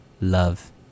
Love